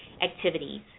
activities